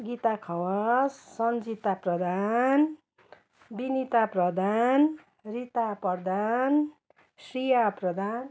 Gita Khawas Sanjita Pradhan Vinita Pradhan Rita Pradhan Shreya Pradhan